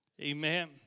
Amen